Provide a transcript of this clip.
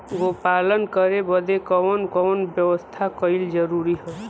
गोपालन करे बदे कवन कवन व्यवस्था कइल जरूरी ह?